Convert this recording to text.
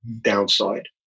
downside